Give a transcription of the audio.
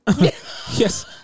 yes